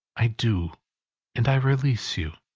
i do and i release you.